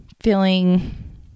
feeling